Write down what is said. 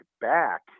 back